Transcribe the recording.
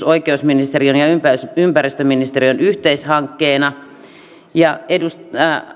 oikeusministeriön ja ympäristöministeriön yhteishankkeena